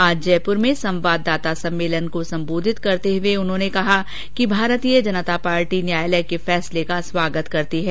आज जयपुर में संवाददाता सम्मेलन को संबोधित करते हुए उन्होंने कहा कि भारतीय जनता पार्टी न्यायालय के फैसले का स्वागत करती है